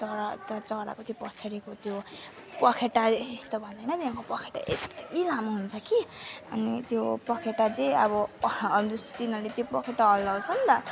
चरा त चराको त्यो पछाडिको त्यो पखेटा यस्तो भन्दैन तिनीहरूको पखेटा यत्ति लामो हुन्छ कि अनि त्यो पखेटा चाहिँ अब पखा अब जस्तो तिनीहरूले पखेटा हल्लाउँछ नि त